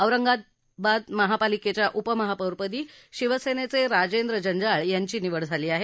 औरंगाबाद महापालिकेच्या उपमहापौरपदी शिवसेनेचे राजेंद्र जंजाळ यांची निवड झाली आहे